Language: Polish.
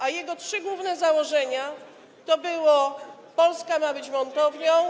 A jego trzy główne założenia to: Polska ma być montownią.